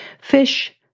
Fish